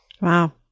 Wow